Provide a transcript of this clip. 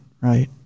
right